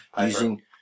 using